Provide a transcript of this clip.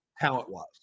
talent-wise